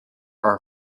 are